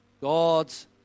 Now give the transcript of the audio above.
God's